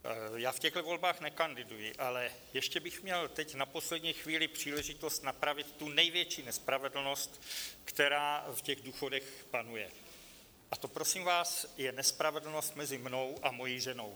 Já v těchto volbách nekanduji, ale ještě bych měl teď na poslední chvíli příležitost napravit tu největší nespravedlnost, která v těch důchodech panuje, a to, prosím vás, je nespravedlnost mezi mnou a mojí ženou.